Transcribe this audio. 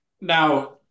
Now